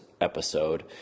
episode